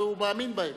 והוא מאמין בהם,